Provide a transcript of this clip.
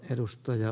arvoisa puhemies